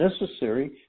necessary